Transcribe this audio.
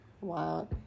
Wow